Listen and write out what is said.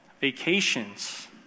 Vacations